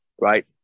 right